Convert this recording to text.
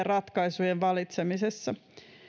ratkaisujen valitsemisessa